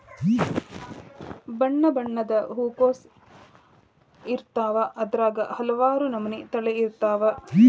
ಬಣ್ಣಬಣ್ಣದ ಹೂಕೋಸು ಇರ್ತಾವ ಅದ್ರಾಗ ಹಲವಾರ ನಮನಿ ತಳಿ ಇರ್ತಾವ